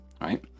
right